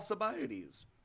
Alcibiades